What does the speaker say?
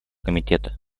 комитета